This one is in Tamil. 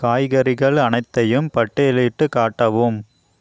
காய்கறிகள் அனைத்தையும் பட்டியலிட்டுக் காட்டவும்